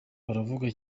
baravuga